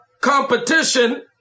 competition